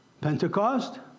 Pentecost